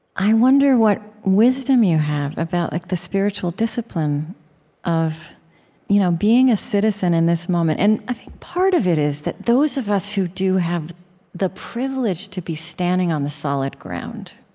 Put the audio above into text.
i wonder what wisdom you have about like the spiritual discipline of you know being a citizen in this moment. and i think part of it is that those of us who do have the privilege to be standing on the solid ground,